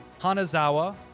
Hanazawa